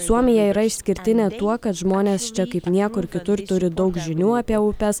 suomija yra išskirtinė tuo kad žmonės čia kaip niekur kitur turi daug žinių apie upes